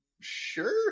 Sure